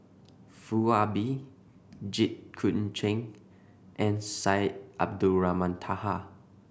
Foo Ah Bee Jit Koon Ch'ng and Syed Abdulrahman Taha